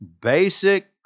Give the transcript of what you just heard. basic